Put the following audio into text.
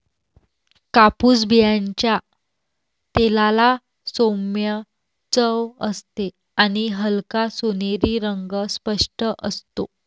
कापूस बियांच्या तेलाला सौम्य चव असते आणि हलका सोनेरी रंग स्पष्ट असतो